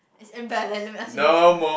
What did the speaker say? as let me ask you this